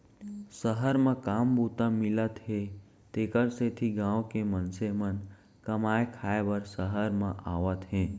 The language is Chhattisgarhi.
सहर म काम बूता मिलत हे तेकर सेती गॉँव के मनसे मन कमाए खाए बर सहर म आवत हें